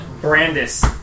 Brandis